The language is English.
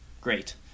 great